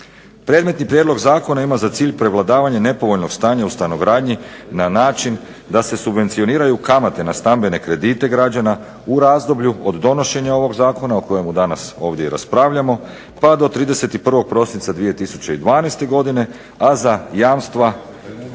Predmetni prijedlog zakona ima za cilj prevladavanje nepovoljnog stanja u stanogradnji na način da se subvencioniraju kamate na stambene kredite građana u razdoblju od donošenja ovog zakona, o kojemu danas ovdje raspravljamo, pa do 31. prosinca 2012. godine, a za jamstva